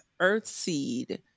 Earthseed